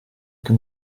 che